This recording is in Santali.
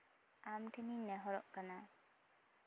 ᱟᱢ ᱴᱷᱮᱱᱤᱧ ᱱᱮᱦᱚᱨᱚᱜ ᱠᱟᱱᱟ